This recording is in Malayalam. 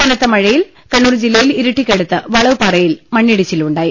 കനത്ത മഴയിൽ കണ്ണൂർ ജില്ലയിൽ ഇരിട്ടിക്കടുത്ത് വളവ്പാറയിൽ മണ്ണിടിച്ചിലുണ്ടായി